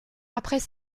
après